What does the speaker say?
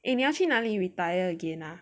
eh 你要去哪里 retire again ah